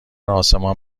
آسمان